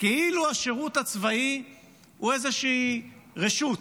כאילו השירות הצבאי הוא איזושהי רשות.